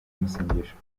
amasengesho